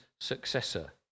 successor